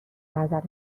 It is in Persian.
نظر